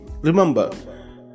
Remember